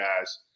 guys